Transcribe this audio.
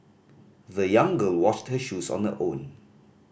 the young girl washed her shoes on her own